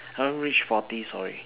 haven't reach forties sorry